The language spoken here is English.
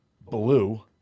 blue